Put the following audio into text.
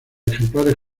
ejemplares